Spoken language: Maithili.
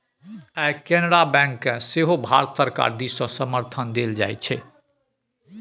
आय केनरा बैंककेँ सेहो भारत सरकार दिससँ समर्थन देल जाइत छै